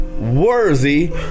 worthy